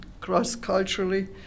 cross-culturally